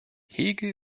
hegel